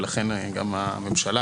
ולכן גם הממשלה